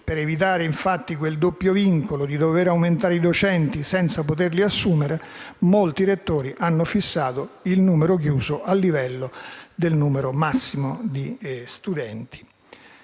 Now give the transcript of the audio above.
Per evitare il doppio vincolo di dover aumentare docenti senza poterli assumere, l'ateneo fissa il numero chiuso al livello del numero massimo di studenti.